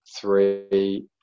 three